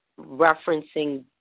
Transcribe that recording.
referencing